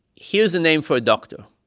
here's a name for a doctor.